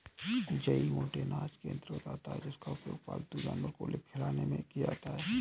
जई मोटे अनाज के अंतर्गत आता है जिसका उपयोग पालतू जानवर को खिलाने में किया जाता है